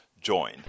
join